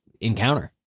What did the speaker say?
encounter